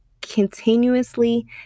continuously